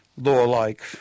law-like